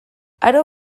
aro